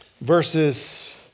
verses